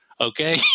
Okay